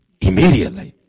Immediately